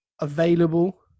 available